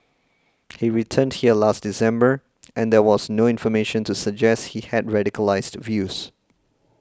he returned here last December and there was no information to suggest he had radicalised views